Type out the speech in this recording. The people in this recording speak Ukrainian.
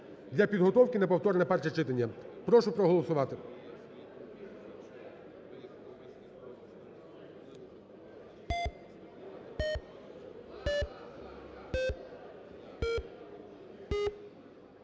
Для підготовки на повторне перше читання. Прошу проголосувати.